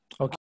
Okay